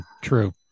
true